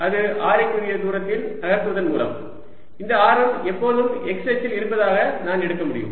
அது ஆரைக்குரிய தூரத்தில் நகர்த்துவதன் மூலம் இந்த ஆரம் எப்போதும் x அச்சில் இருப்பதாக நான் எடுக்க முடியும்